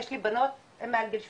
יש לי בנות הן מעל גיל 18,